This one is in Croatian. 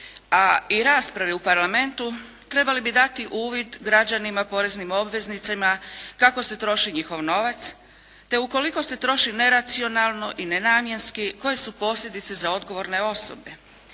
a i rasprave u Parlamentu trebali bi dati uvid građanima, poreznim obveznicima kako se troši njihov novac, te ukoliko se troši neracionalno i nenamjenski koje su posljedice za odgovorne osobe.